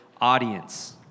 audience